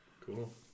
cool